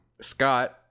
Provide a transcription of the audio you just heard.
Scott